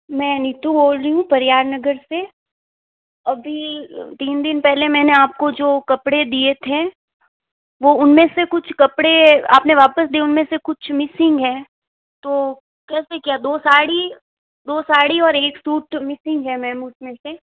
मैं नीतू बोल रही हूँ परयाग नगर से अभी तीन दिन पहले मैंने आपको जो कपड़े दिए थे वो उनमें से कुछ कपड़े आपने वापस दिए उनमें से कुछ मिसिंग हैं तो कैसे क्या दो साड़ी दो साड़ी और सूट तो मिसिंग है मैम उसमें से